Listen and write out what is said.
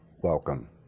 welcome